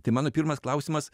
tai mano pirmas klausimas